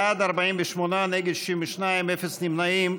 בעד, 48, נגד, 62, אפס נמנעים.